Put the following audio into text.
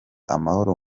amahoro